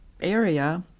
area